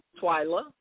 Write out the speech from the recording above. Twyla